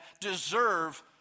deserve